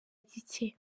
gike